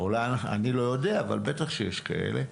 אני לא יודע אבל בטח שיש כאלה.